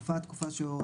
חלפה התקופה שהורה